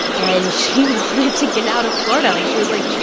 and she wanted to get out of florida. like, she was like you,